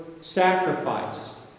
sacrifice